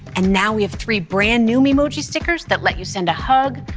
and now we have three brand new memoji stickers that let you send a hug,